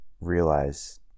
realize